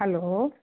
hello